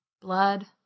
blood